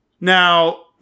Now